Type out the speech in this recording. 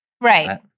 Right